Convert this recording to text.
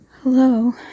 Hello